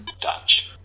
Dutch